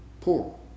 poor